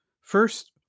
First